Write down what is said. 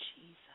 Jesus